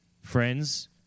friends